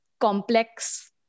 complex